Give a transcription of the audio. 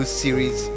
series